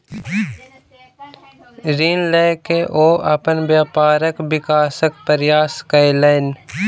ऋण लय के ओ अपन व्यापारक विकासक प्रयास कयलैन